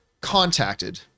contacted